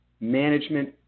Management